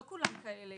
לא כולם כאלה.